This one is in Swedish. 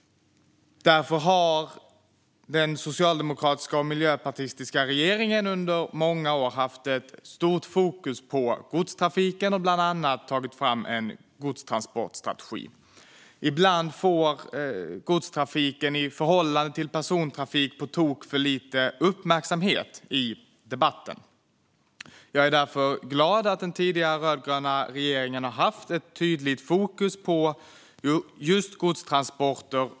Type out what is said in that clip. Därför hade den socialdemokratiska och miljöpartistiska regeringen under många år stort fokus på godstrafiken och tog bland annat fram en godstransportstrategi. Ibland får godstrafik i förhållande till persontrafik på tok för lite uppmärksamhet i debatten. Jag är därför glad att den tidigare rödgröna regeringen hade ett tydligt fokus på just godstransporter.